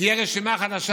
תהיה רשימה חדשה,